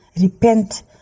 Repent